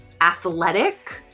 athletic